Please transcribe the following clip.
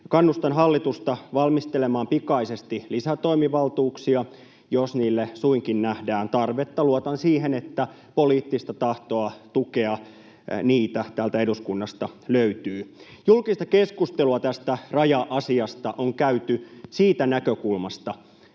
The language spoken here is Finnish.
Kannustan hallitusta valmistelemaan pikaisesti lisätoimivaltuuksia, jos niille suinkin nähdään tarvetta. Luotan siihen, että poliittista tahtoa tukea niitä täältä eduskunnasta löytyy. Julkista keskustelua tästä raja-asiasta on käyty siitä näkökulmasta,